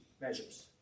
measures